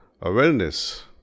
awareness